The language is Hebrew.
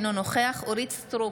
אינו נוכח אורית מלכה סטרוק,